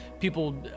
people